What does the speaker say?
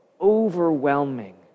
overwhelming